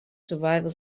survival